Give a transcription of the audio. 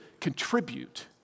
contribute